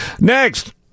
Next